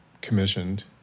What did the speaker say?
commissioned